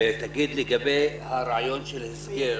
ותגיד לגבי הרעיון של הסגר